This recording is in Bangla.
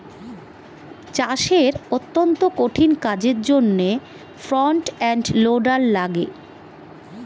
চাষের অত্যন্ত কঠিন কাজের জন্যে ফ্রন্ট এন্ড লোডার লাগে